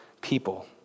people